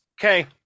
Okay